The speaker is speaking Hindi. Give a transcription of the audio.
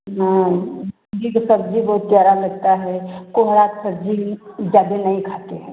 हाँ इनकी तो सब्ज़ी बहुत प्यारा लगता है कोहड़ा का सब्ज़ी ज़्यादा नहीं खाते हैं